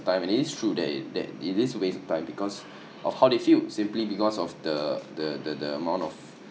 time it is true that it that it is a waste time because of how they feel simply because of the the the the amount of